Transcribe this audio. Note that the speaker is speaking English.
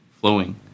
flowing